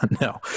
no